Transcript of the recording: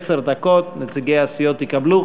עשר דקות נציגי הסיעות יקבלו.